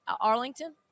Arlington